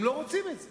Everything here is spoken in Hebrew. הם לא רוצים את זה,